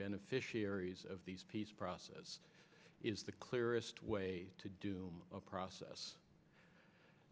beneficiaries of these peace process is the clearest way to do a process